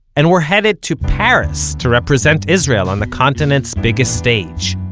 and were headed to paris to represent israel on the continent's biggest stage.